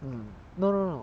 mm no no no